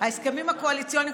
ההסכמים הקואליציוניים,